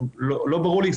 לא ברור לי,